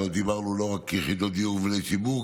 כבר דיברנו לא רק על יחידות דיור ומבני ציבור,